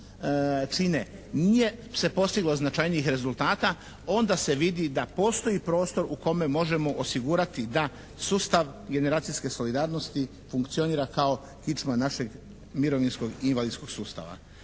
čine nije se postiglo značajnijih rezultata onda se vidi da postoji prostor u kome možemo osigurati da sustav generacijske solidarnosti funkcionira kao kičma našeg mirovinskog i invalidskog sustava.